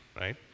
right